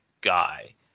guy